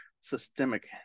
systemic